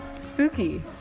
Spooky